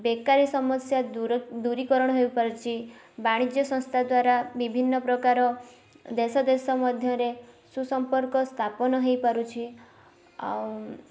ବେକାରୀ ସମସ୍ୟା ଦୂର ଦୂରୀକରଣ ହେଇପାରୁଛି ବାଣିଜ୍ୟ ସଂସ୍ଥା ଦ୍ଵାରା ବିଭିନ୍ନ ପ୍ରକାର ଦେଶ ଦେଶ ମଧ୍ୟରେ ସୁସମ୍ପର୍କ ସ୍ଥାପନ ହେଇପାରୁଛି ଆଉ